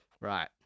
Right